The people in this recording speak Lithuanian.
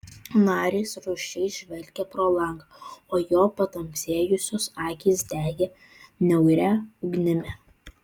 narys rūsčiai žvelgė pro langą o jo patamsėjusios akys degė niauria ugnimi